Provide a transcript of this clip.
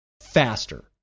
faster